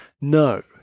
No